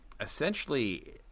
essentially